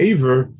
Aver